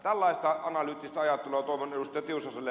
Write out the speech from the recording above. tällaista analyyttistä ajattelua toivon ed